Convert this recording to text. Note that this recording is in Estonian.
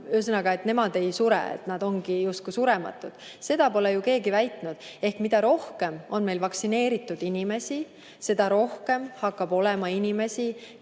ühesõnaga, nad ei sure, nad ongi justkui surematud. Seda pole keegi väitnud. Ehk mida rohkem on meil vaktsineeritud inimesi, seda rohkem hakkab olema inimesi,